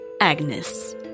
Agnes